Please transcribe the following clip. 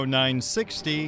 960